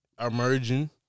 emerging